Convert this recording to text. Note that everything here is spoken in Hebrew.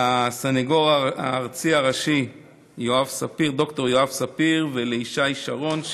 לסניגור הארצי הראשי ד"ר יואב ספיר ולישי שרון,